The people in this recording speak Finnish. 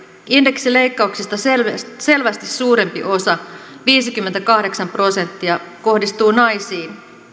indeksileikkauksista selvästi selvästi suurempi osa viisikymmentäkahdeksan prosenttia kohdistuu naisiin